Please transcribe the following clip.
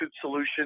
solution